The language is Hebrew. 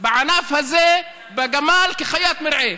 בענף הזה, בגמל, כחיית מרעה.